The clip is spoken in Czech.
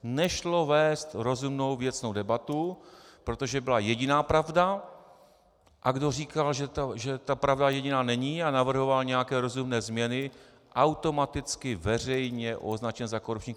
Nešlo vést rozumnou, věcnou debatu, protože byla jediná pravda, a kdo říkal, že ta pravda jediná není, a navrhoval nějaké rozumné změny, byl automaticky veřejně označen za korupčníka.